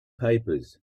papers